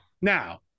Now